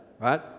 Right